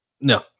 No